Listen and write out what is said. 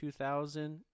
2000